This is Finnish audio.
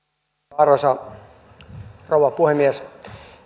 arvoisa rouva puhemies